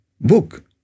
book